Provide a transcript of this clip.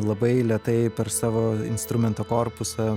labai lėtai per savo instrumento korpusą